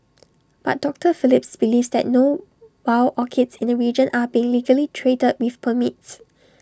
but doctor Phelps believes that no wild orchids in the region are being legally traded with permits